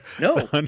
no